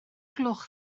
gloch